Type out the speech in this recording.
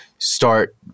start